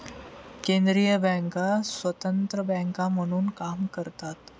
केंद्रीय बँका स्वतंत्र बँका म्हणून काम करतात